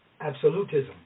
absolutism